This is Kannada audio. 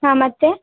ಹಾಂ ಮತ್ತೆ